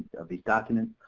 of these documents,